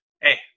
Hey